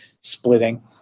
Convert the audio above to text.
splitting